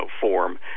form